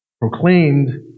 proclaimed